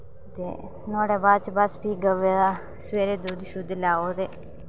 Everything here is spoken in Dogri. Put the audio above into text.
ते नुआढ़े बाद'च बस फ्ही गवै दा सवेरे दुध्द शुध्द लाओ ते